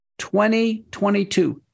2022